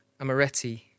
amaretti